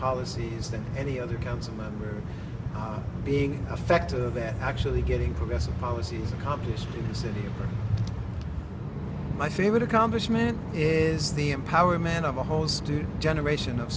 policies than any other council member being a factor that actually getting progressive policies accomplished in the city my favorite accomplishment is the empowerment of a whole student generation of